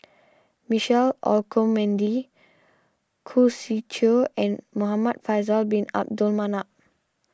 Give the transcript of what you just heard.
Michelle Olcomendy Khoo Swee Chiow and Muhamad Faisal Bin Abdul Manap